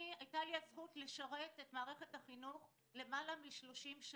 היתה לי הזכות לשרת את מערכת החינוך למעלה מ-30 שנה,